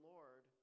Lord